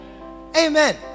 amen